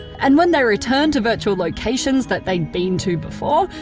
and when they return to virtual locations that they've been to before,